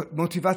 חיובית.